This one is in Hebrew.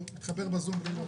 התחבר לזום בלי להודיע.